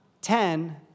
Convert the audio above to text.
ten